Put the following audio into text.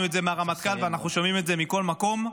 את זה מהרמטכ"ל ואנחנו שומעים את זה מכל מקום.